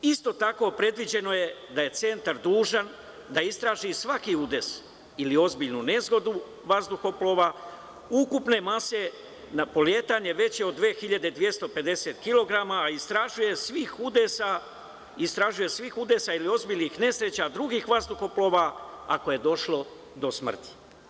Isto tako predviđeno je da je centar dužan da istraži svaki udes ili ozbiljnu nezgodu vazduhoplova ukupne mase na poletanje veće od 2.250 kilograma, a istražuje svih udesa ili ozbiljnih nesreća drugih vazduhoplova ako je došlo do smrti.